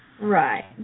Right